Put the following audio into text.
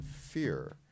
fear